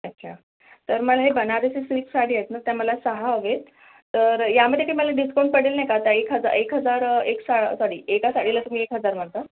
अच्छा तर मला हे बनारसी सिल्क साडी आहेत ना त्या मला सहा हवे आहेत तर यामध्ये ती मला डिस्काउंट पडेल नाही का आता एक हजा एक हजार एक सा सॉरी एका साडीला तुम्ही एक हजार म्हणता